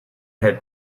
had